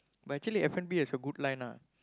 but actually F-and-B is a good line ah